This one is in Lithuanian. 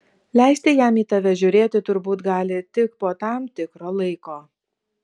leisti jam į tave žiūrėti turbūt gali tik po tam tikro laiko